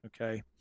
okay